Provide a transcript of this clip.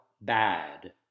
bad